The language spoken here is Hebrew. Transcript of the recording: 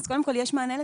אז קודם כל, יש מענה לזה.